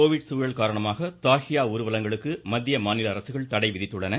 Covid சூழல் காரணமாக தாஹியா ஊர்வலங்களுக்கு மத்திய மாநில அரசுகள் தடை விதித்துள்ளன